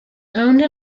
owned